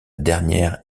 dernière